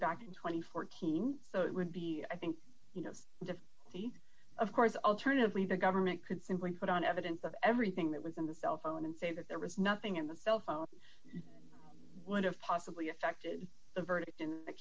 docking twenty four teams so it would be i think you know if he of course alternatively the government could simply put on evidence of everything that was in the cell phone and say that there was nothing in the cell phone would have possibly affected the verdict in th